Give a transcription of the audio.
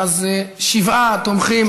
אז שבעה תומכים,